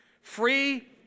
Free